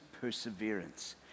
perseverance